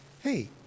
hey